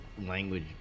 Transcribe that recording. language